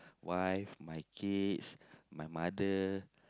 wife my kids my mother